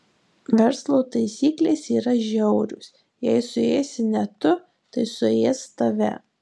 verslo taisyklės yra žiaurios jei suėsi ne tu tai suės tave